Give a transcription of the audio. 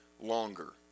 longer